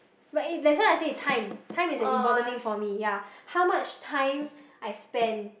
but if that's why I say is time time is an important thing for me ya how much time I spend